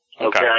Okay